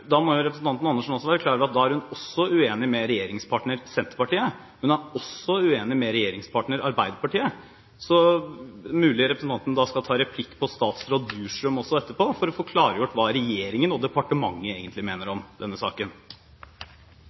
da må representanten Andersen være klar over at da er hun også uenig med regjeringspartner Senterpartiet, og hun er også uenig med regjeringspartner Arbeiderpartiet. Så det er mulig representanten skal ta replikk på statsråd Bjurstrøm etterpå, for å få klargjort hva regjeringen og departementet egentlig mener om denne saken.